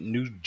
New